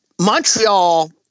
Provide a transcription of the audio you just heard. Montreal